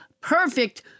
perfect